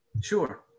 sure